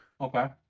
Okay